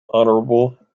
honorable